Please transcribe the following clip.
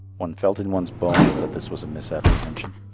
one felt in one's bones that this was a misapprehension.